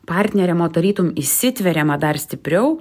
partneriamo tarytum įsitveriama dar stipriau